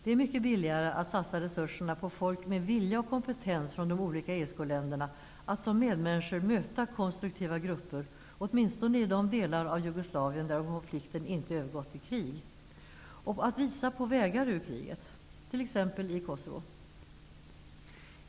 Det är mycket billigare att satsa resurserna på folk med vilja och kompetens från de olika ESK-länderna att som medmänniskor möta konstruktiva grupper åtminstone i de delar av Jugoslavien där konflikten inte övergått till krig, och visa på vägar ur kriget, t.ex. i Kosovo.